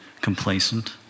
complacent